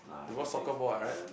they're both soccer ball ah right